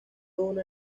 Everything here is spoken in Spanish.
una